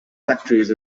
factories